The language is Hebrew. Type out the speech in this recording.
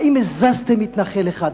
האם הזזתם מתנחל אחד?